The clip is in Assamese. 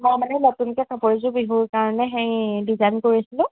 মই মানে নতুনকে কাপোৰ এযোৰ বিহুৰ কাৰণে সেই ডিজাইন কৰিছিলোঁ